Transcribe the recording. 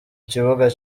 kibuga